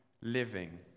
living